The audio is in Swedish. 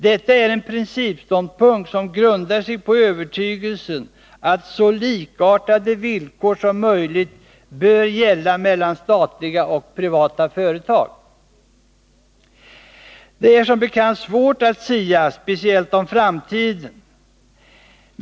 Detta är en principståndpunkt som grundar sig på övertygelsen att så likartade villkor som möjligt bör gälla för statliga och privata företag. Det är som bekant svårt att sia — speciellt om framtiden.